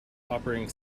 operating